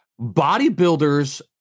bodybuilders